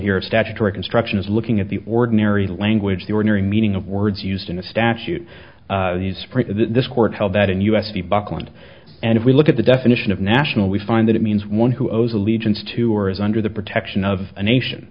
here a statutory construction is looking at the ordinary language the ordinary meaning of words used in a statute the spring this court held that in us the buckland and if we look at the definition of national we find that it means one who owes allegiance to or is under the protection of a nation